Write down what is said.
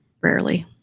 rarely